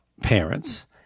parents